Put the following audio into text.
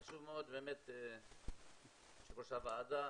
חשוב מאוד באמת יו"ר הוועדה,